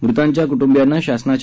मृतांच्या क्ट्ंबियांना शासनाच्या